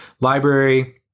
library